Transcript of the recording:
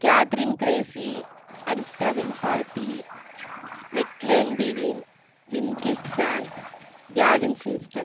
கேத்ரின்கிரேஸி அரிஸ்டாவின்பால்பி மெக்லேன்பீவின் வின்கிட்சான் கேவின்இன்ஸ்டன்ட்